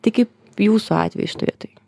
tai kaip jūsų atveju šitoj vietoj